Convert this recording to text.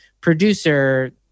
producer